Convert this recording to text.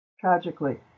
tragically